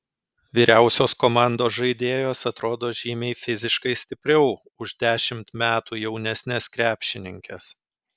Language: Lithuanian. vyriausios komandos žaidėjos atrodo žymiai fiziškai stipriau už dešimt metų jaunesnes krepšininkes